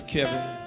Kevin